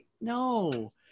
No